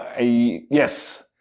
Yes